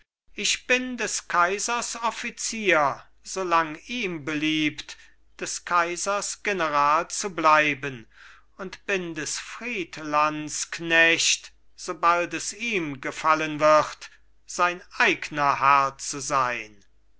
ich bin des kaisers offizier solang ihm beliebt des kaisers general zu bleiben und bin des friedlands knecht sobald es ihm gefallen wird sein eigner herr zu sein